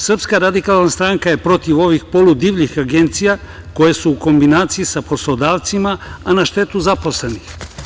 Srpska radikalna stranka je protiv ovih poludivljih agencija koje su u kombinaciji sa poslodavcima, a na štetu zaposlenih.